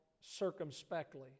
circumspectly